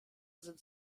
sind